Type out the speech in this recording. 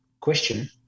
question